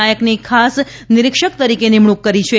નાયકની ખાસ નિરીક્ષક તરીકે નિમણુંક કરી છે